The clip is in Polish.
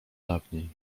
dawniej